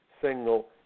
single